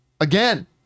Again